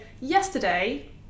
yesterday